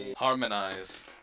Harmonize